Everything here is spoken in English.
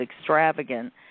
extravagant